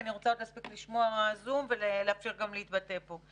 כי אני רוצה עוד להספיק לשמוע אחרים בזום ולאפשר להתבטא פה.